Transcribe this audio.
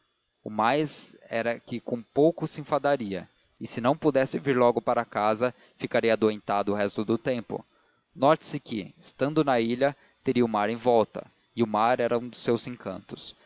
o mais era que com pouco se enfadaria e se não pudesse vir logo para casa ficaria adoentada o resto do tempo note-se que estando na ilha teria o mar em volta e o mar era um dos seus encantos